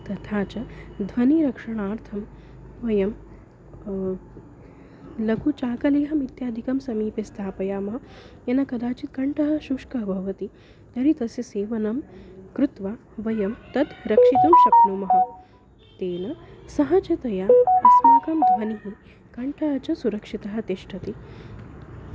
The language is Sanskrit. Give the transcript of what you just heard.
तथा च ध्वनिरक्षणार्थं वयं लघुचाकलेहमित्यादिकं समीपे स्थापयामः येन कदाचित् कण्ठः शुष्कः भवति तर्हि तस्य सेवनं कृत्वा वयं तत् रक्षितुं शक्नुमः तेन सहजतया अस्माकं ध्वनिः कण्ठः च सुरक्षितः तिष्ठति